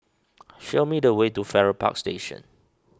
show me the way to Farrer Park Station